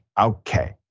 Okay